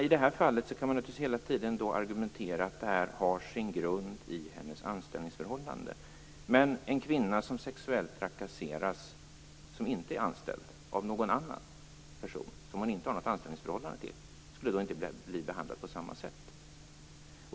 I det här fallet kan man naturligtvis hela tiden argumentera med att det här har sin grund i hennes anställningsförhållande. Men en kvinna som inte är anställd, som trakasseras sexuellt av en person som hon inte har något anställningsförhållande till, skulle inte bli behandlad på samma sätt.